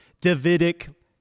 Davidic